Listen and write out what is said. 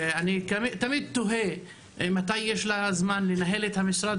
ואני תמיד תוהה מתי יש לה זמן לנהל את המשרד